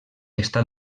està